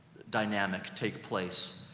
dynamic take place.